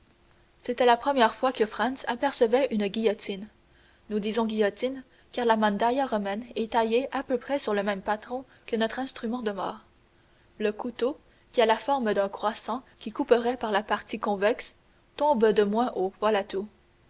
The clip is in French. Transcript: c'était la première fois que franz apercevait une guillotine nous disons guillotine car la mandaïa romaine est taillée à peu près sur le même patron que notre instrument de mort le couteau qui a la forme d'un croissant qui couperait par la partie convexe tombe de moins haut voilà tout